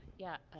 yeah,